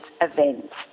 events